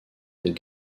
des